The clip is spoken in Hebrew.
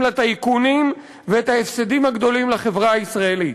לטייקונים ואת ההפסדים הגדולים לחברה הישראלית.